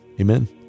Amen